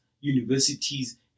universities